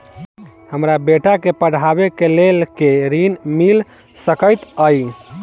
हमरा बेटा केँ पढ़ाबै केँ लेल केँ ऋण मिल सकैत अई?